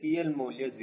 CL ಮೌಲ್ಯ 0